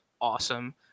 awesome